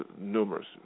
numerous